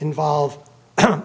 involve